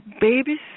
Babies